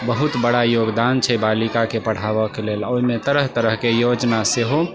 बहुत बड़ा योगदान छै बालिकाके पढ़ाबैके लेल ओहिमे तरह तरहके योजना सेहो